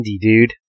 dude